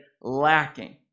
lacking